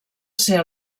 ser